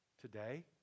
today